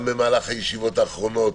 גם במהלך הישיבות האחרונות